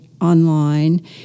online